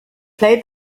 played